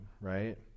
right